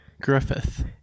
Griffith